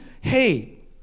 hey